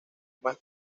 más